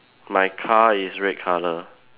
my car is red colour